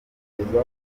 kuzamura